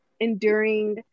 enduring